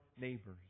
neighbors